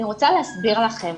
אני רוצה להסביר לכם,